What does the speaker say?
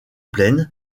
pleines